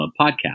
podcast